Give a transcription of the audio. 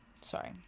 Sorry